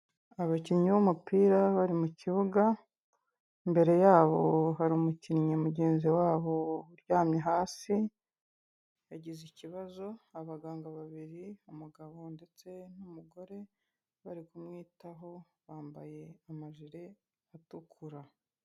Abakinnyi b'umupira bari mu kibuga, imbere yabo hari umukinnyi mugenzi wabo uryamye hasi, yagize ikibazo, abaganga babiri, umugabo ndetse n'umugore bari kumwitaho bambaye amajire atukura.